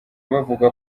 bavuga